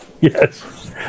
Yes